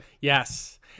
Yes